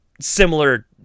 similar